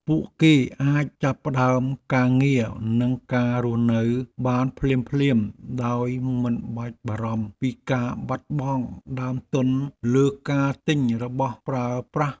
ពួកគេអាចចាប់ផ្ដើមការងារនិងការរស់នៅបានភ្លាមៗដោយមិនបាច់បារម្ភពីការបាត់បង់ដើមទុនលើការទិញរបស់ប្រើប្រាស់។